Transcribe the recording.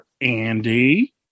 Andy